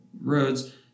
roads